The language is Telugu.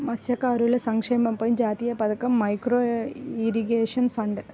మత్స్యకారుల సంక్షేమంపై జాతీయ పథకం, మైక్రో ఇరిగేషన్ ఫండ్